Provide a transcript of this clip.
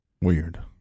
weird